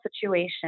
situation